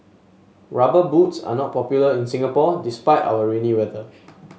rubber boots are not popular in Singapore despite our rainy weather